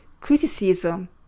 criticism